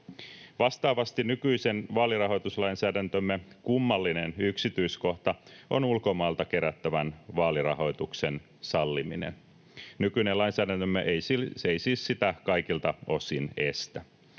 Vastaavasti nykyisen vaalirahoituslainsäädäntömme kummallinen yksityiskohta on ulkomailta kerättävän vaalirahoituksen salliminen. Nykyinen lainsäädäntömme ei siis sitä kaikilta osin estä.